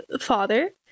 father